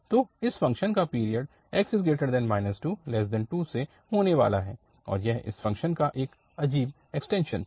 तो इस फ़ंक्शन का पीरियड 2x2 से होने वाला है और यह इस फ़ंक्शन का एक अजीब एक्सटेंशन था